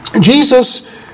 Jesus